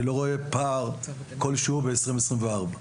אני לא רואה פער כלשהו ב-2024.